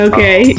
Okay